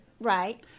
Right